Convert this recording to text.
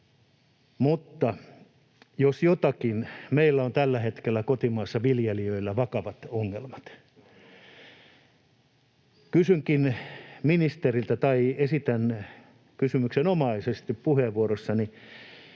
Mutta — jos jotakin — meillä on tällä hetkellä kotimaassa viljelijöillä vakavat ongelmat. [Mikko Savola: Se on totta!] Kysynkin ministeriltä — tai esitän kysymyksenomaisesti puheenvuorossani: